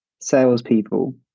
salespeople